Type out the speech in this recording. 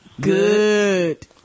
Good